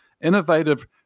innovative